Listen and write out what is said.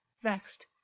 vexed